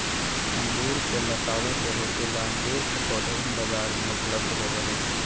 अंगूर के लतावा के रोके ला अंगूर के पौधवन बाजार में उपलब्ध होबा हई